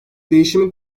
değişimin